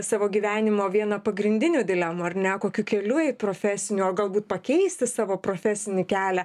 savo gyvenimo vieną pagrindinių dilemų ar ne kokiu keliu eit profesiniu o galbūt pakeisti savo profesinį kelią